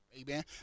Amen